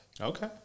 Okay